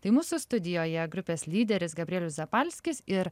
tai mūsų studijoje grupės lyderis gabrielius zapalskis ir